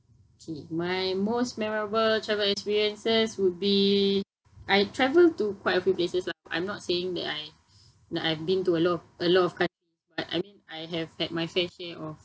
K my most memorable travel experiences would be I travelled to quite a few places lah I'm not saying that I like I been to a lot of a lot of countries but I mean I have had my fair share of